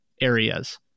areas